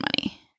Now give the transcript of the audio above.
money